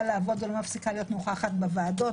לעבוד ולא מפסיקה להיות נוכחת בוועדות,